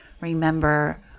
remember